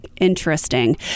Interesting